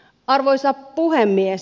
arvoisa puhemies